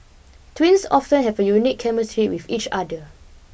twins often have unique chemistry with each other